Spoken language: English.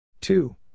Two